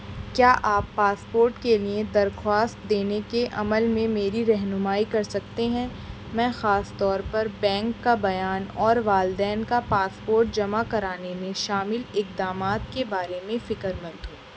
کیا آپ پاسپورٹ کے لیے درخواست دینے کے عمل میں میری رہنمائی کر سکتے ہیں میں خاص طور پر بینک کا بیان اور والدین کا پاسپورٹ جمع کرانے میں شامل اقدامات کے بارے میں فکر مند ہوں